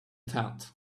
tent